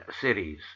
cities